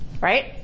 right